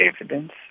evidence